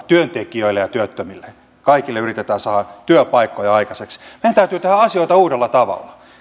työntekijöille ja työttömille kaikille yritetään saada työpaikkoja aikaiseksi meidän täytyy tehdä asioita uudella tavalla